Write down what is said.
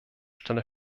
stelle